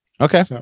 Okay